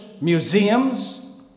museums